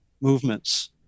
movements